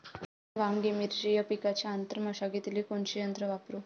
वांगे, मिरची या पिकाच्या आंतर मशागतीले कोनचे यंत्र वापरू?